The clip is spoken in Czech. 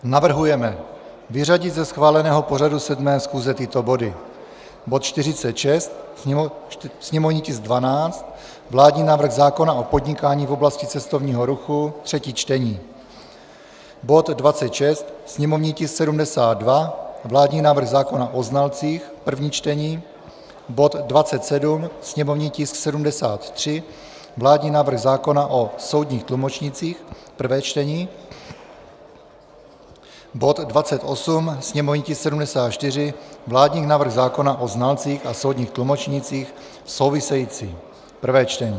Navrhujeme vyřadit ze schváleného pořadu 7. schůze tyto body: bod 46, sněmovní tisk 12 vládní návrh zákona o podnikání v oblasti cestovního ruchu, třetí čtení, bod 26, sněmovní tisk 72 vládní návrh zákona o znalcích, první čtení, bod 27, sněmovní tisk 73 vládní návrh zákona o soudních tlumočnících, prvé čtení, bod 28, sněmovní tisk 74 vládní návrh zákona o znalcích a soudních tlumočnících, související, prvé čtení.